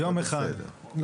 כיום אחד.